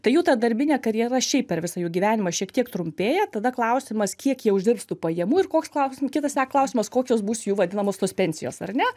tai jų ta darbinė karjera šiaip per visą jų gyvenimą šiek tiek trumpėja tada klausimas kiek jie uždirbs tų pajamų ir koks klausimas kitas klausimas kokios bus jų vadinamos tos pensijos ar ne